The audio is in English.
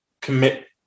commit